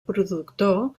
productor